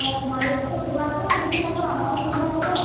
অঁ তোমালোকো তোমালোকৰো সুবিধা হ'ব আমাৰো সুবিধা হ'ব